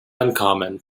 uncommon